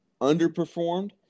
underperformed